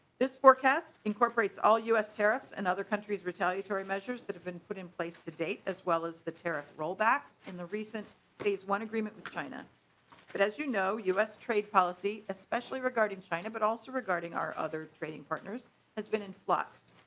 this forecast incorporates all us tariffs and other countries retaliatory measures that have been put in place the day as well as the terror rollbacks in the recent phase one agreement china but as you know us trade policy especially regarding china but also regarding our other trading partners has been in flux.